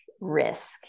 risk